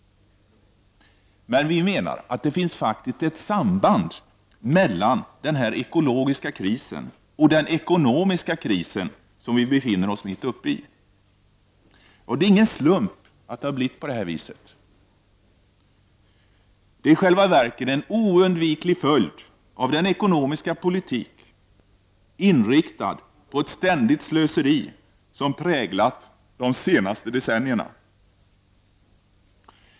Men vi menar att det finns ett samband mellan den här ekologiska krisen och den ekonomiska kris som vi nu befinner oss mitt uppe i. Det är ingen slump att det har blivit så här. Det är i själva verket en oundviklig följd av den ekonomiska politik, inriktad på ett ständigt slöseri, som präglat de senaste decennierna.